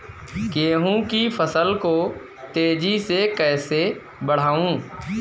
गेहूँ की फसल को तेजी से कैसे बढ़ाऊँ?